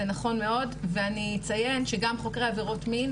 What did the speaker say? זה נכון מאוד ואני אציין שגם חוקרי עבירות מין,